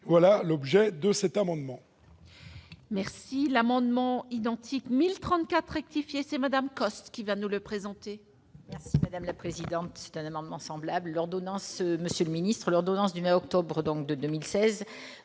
donc l'objet de cet amendement,